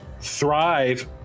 thrive